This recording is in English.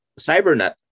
Cybernet